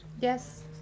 Yes